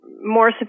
more